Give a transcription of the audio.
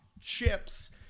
chips